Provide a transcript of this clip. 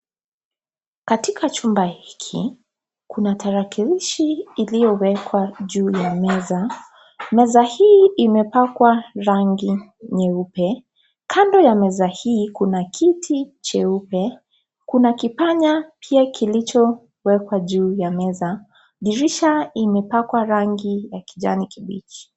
Katika chumba hiki kuna tarakilishi iliyowekwa juu ya meza . Meza hii mepakwa rangi nyeupe . Kando ya meza hii kuna kiti cheupe , kuna kipanya pia kilichowekwa juu ya meza , dirisha limepakwa rangi ya kijani kibichi.